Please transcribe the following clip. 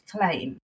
claim